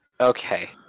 Okay